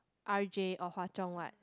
R_J or Hwa-Chong what